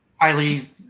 Highly